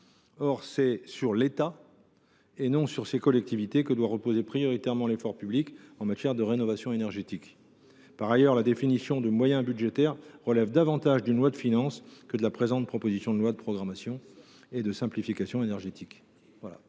Or c’est sur l’État, non sur ces collectivités, que doit reposer prioritairement l’effort public en matière de rénovation énergétique. Par ailleurs, la définition de moyens budgétaires relève davantage d’une loi de finances que de la présente proposition de loi de programmation et de simplification. Quel